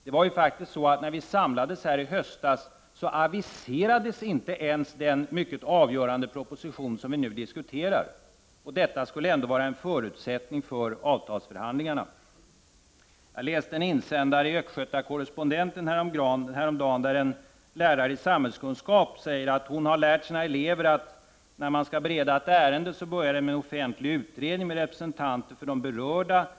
Det var faktiskt så att när vi samlades här i riksdagen i höstas aviserades inte ens den mycket avgörande proposition som vi nu diskuterar, som ändå skulle vara en förutsättning för avtalsförhandlingarna. Jag läste en insändare i Östgöta Correspondenten häromdagen där en lärare i samhällskunskap säger att hon har lärt sina elever att när ett ärende skall beredas börjar det med en offentlig utredning med representanter för de berörda.